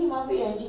(uh huh)